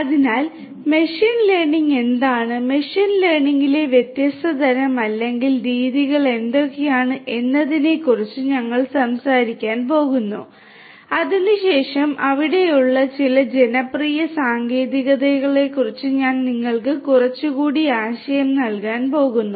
അതിനാൽ machine learning എന്താണ് machine ലേണിംഗിലെ വ്യത്യസ്ത തരം അല്ലെങ്കിൽ രീതികൾ എന്തൊക്കെയാണ് എന്നതിനെക്കുറിച്ച് ഞങ്ങൾ സംസാരിക്കാൻ പോകുന്നു അതിനുശേഷം അവിടെയുള്ള ചില ജനപ്രിയ സാങ്കേതികതകളെക്കുറിച്ച് ഞാൻ നിങ്ങൾക്ക് കുറച്ച് കൂടുതൽ ആശയം നൽകാൻ പോകുന്നു